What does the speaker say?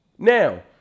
Now